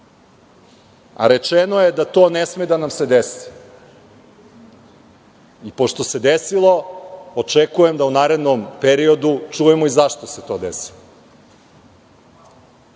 a rečeno je da to ne sme da nam se desi i pošto se desilo, očekujem da u narednom periodu čujemo i zašto se to